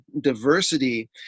diversity